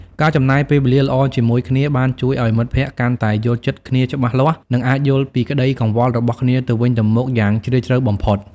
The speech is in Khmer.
ការចំណាយពេលវេលាល្អជាមួយគ្នាបានជួយឱ្យមិត្តភក្តិកាន់តែយល់ចិត្តគ្នាច្បាស់លាស់និងអាចយល់ពីក្តីកង្វល់របស់គ្នាទៅវិញទៅមកយ៉ាងជ្រាលជ្រៅបំផុត។